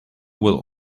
will